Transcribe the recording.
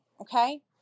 okay